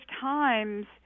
times